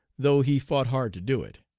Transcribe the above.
though he fought hard to do it